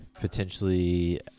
potentially